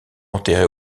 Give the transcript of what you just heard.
enterré